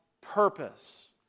purpose